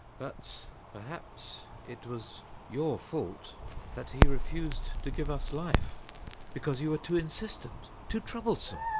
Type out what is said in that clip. but perhaps it was your fault that he refused to give us life because you were too insistent, too troublesome.